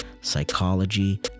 psychology